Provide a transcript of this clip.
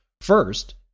First